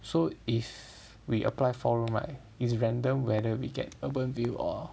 so if we apply four room right is random whether we get UrbanVille or